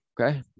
okay